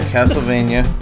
Castlevania